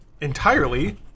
entirely